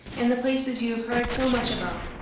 and the places you have heard so much about.